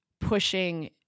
pushing